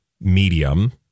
medium